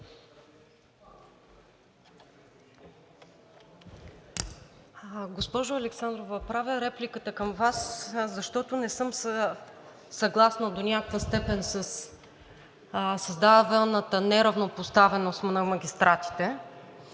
Госпожо Александрова, правя репликата към Вас, защото не съм съгласна до някаква степен със създадената неравнопоставеност на магистратите.